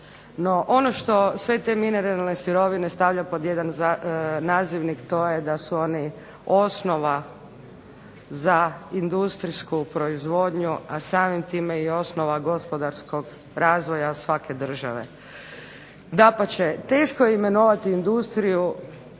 ono što sve te mineralne sirovine stavlja pod jedan nazivnik to je da su oni osnova za industrijsku proizvodnju, a samim time i osnova gospodarskog razvoja svake države. Dapače, teško je imenovati industriju,